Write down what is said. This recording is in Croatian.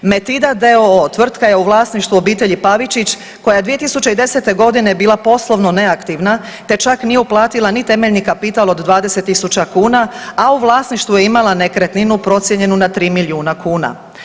Medita d.o.o. tvrtka je u vlasništvu obitelji Pavičić koja je 2010. godine bila poslovno neaktivna, te čak nije uplatila ni temeljni kapital od 20 tisuća kuna, a u vlasništvu je imala nekretninu procijenjenu na 3 milijuna kuna.